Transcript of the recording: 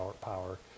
Power